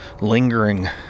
lingering